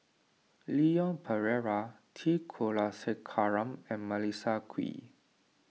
Leon Perera T Kulasekaram and Melissa Kwee